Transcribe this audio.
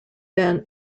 than